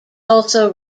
also